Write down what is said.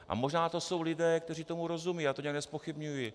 A možná to jsou lidé, kteří tomu rozumí, já to nijak nezpochybňuji.